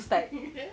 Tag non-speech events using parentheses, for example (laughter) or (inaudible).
(laughs)